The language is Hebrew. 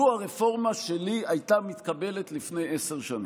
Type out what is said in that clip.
הרפורמה שלי הייתה מתקבלת לפני עשר שנים.